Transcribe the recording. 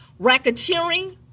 racketeering